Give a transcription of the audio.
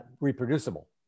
reproducible